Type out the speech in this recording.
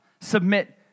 submit